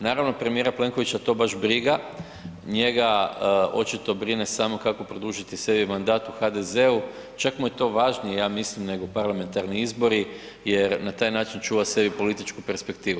Naravno, premijera Plenkovića to baš briga, njega očito brine samo kako produžiti sebi mandat u HDZ-u, čak mu je to važnije ja mislim nego parlamentarni izbori jer na taj način čuva sebi političku perspektivu.